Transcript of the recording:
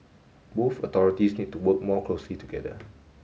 both authorities need to work more closely together